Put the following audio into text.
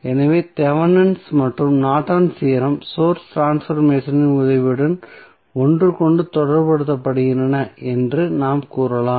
எனவே தெவெனின் மற்றும் Norton's theorem source ட்ரான்ஸ்பர்மேசனின் உதவியுடன் ஒன்றுக்கொன்று தொடர்புபடுத்தப்படுகின்றன என்று நாம் கூறலாம்